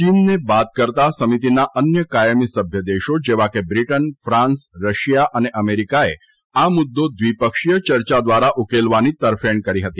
ચીનને બાદ કરતાં સમિતિના અન્ય કાયમી સભ્યદેશો જેવા કે બ્રિટન ફાન્સ રશિયા અને અમેરિકાએ આ મુદ્દો દ્વીપક્ષીય ચર્ચા દ્વારા ઉકેલવાની તરફેણ કરી હતી